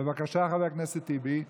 בבקשה, חבר הכנסת טיבי.